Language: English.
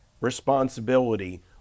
responsibility